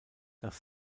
das